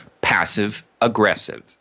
passive-aggressive